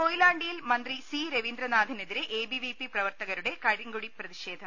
കൊയിലാണ്ടിയിൽ മന്ത്രി സി രവീന്ദ്രനാഥിനെതിരെ A B V P പ്രവർത്തകരുടെ കരിങ്കൊടി പ്രതിഷേധം